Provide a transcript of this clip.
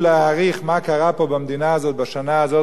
הזאת בשנה הזאת ובשנים הקרובות עם אירן,